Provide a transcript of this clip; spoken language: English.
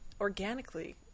organically